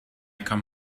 come